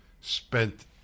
spent